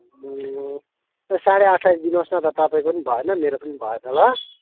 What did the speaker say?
लु साढे अट्ठाइस दिनुहोस् न त तपाईँको पनि भएन मेरो पनि भएन ल